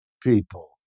people